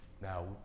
Now